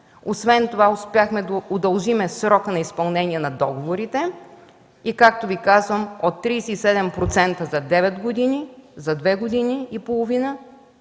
Освен това успяхме да удължим срока за изпълнение на договорите и както Ви казвам, от 37% – за девет години, за две години и половина